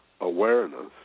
awareness